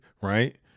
right